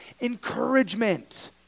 Encouragement